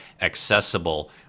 accessible